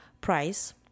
price